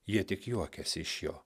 jie tik juokiasi iš jo